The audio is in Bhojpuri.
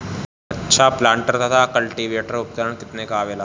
अच्छा प्लांटर तथा क्लटीवेटर उपकरण केतना में आवेला?